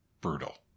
brutal